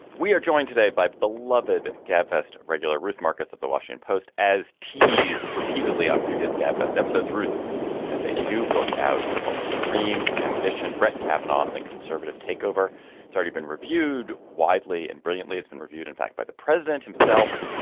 we are joined today by beloved gabfests regular ruth marcus of the washington post as teased repeatedly on previous gabfest episodes. ruth has a new book out. it's called supreme ambition. brett kavanaugh, and the conservative takeover tarty been reviewed widely and brilliantly. it's been reviewed, in fact, by the president himself.